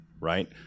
Right